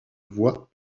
voies